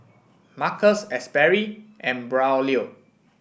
Marcus Asberry and Braulio